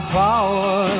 power